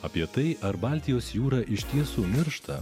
apie tai ar baltijos jūra iš tiesų miršta